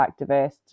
activist